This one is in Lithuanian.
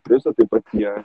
prižo taip pat jie